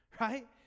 right